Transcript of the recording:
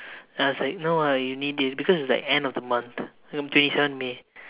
then I was like no ah you need it because is like end of the month on twenty seven may